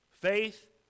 Faith